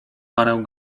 parę